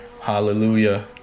Hallelujah